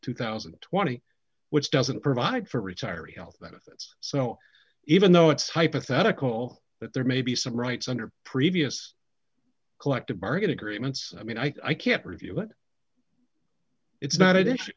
two thousand and twenty which doesn't provide for retiree health benefits so even though it's hypothetical that there may be some rights under previous collective bargaining agreements i mean i can't review it it's not a dish